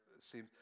seems